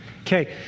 Okay